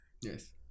yes